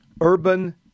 urban